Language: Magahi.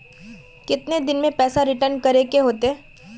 कितने दिन में पैसा रिटर्न करे के होते?